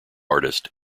artist